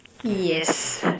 yes